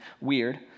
weird